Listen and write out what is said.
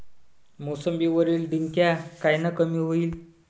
मोसंबीवरील डिक्या कायनं कमी होईल?